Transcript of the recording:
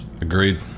Agreed